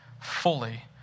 fully